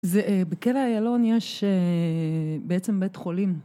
זה אה, בכלא איילון יש אהה.. בעצם בית חולים